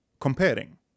comparing